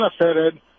benefited